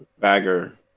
bagger